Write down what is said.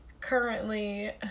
currently